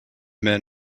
men